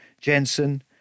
Jensen